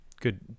Good